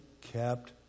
kept